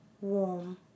warm